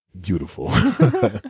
beautiful